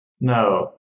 no